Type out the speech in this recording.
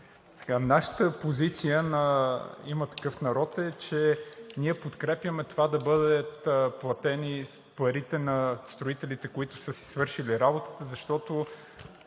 Нашата позиция, на „Има такъв народ“, е, че ние подкрепяме това да бъдат платени парите на строителите, които са си свършили работата, защото